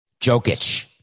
Jokic